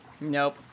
nope